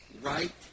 right